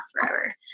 forever